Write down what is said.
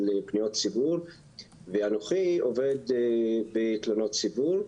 פניות ציבור ואנוכי עובד בתלונות ציבור,